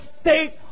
state